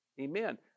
Amen